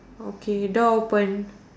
okay door open